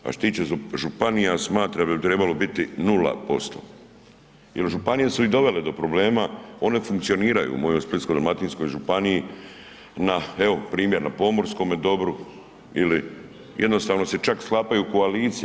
A što se tiče županija smatram da bi trebalo biti 0%, jer županije su i dovele do problema, one funkcioniraju u mojoj Splitsko-dalmatskoj županiji, na evo primjer, na pomorskome dobru ili jednostavno se čak sklapaju koalicije.